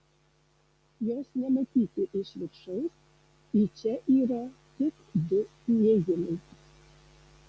jos nematyti iš viršaus į čia yra tik du įėjimai